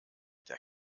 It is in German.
der